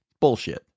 Bullshit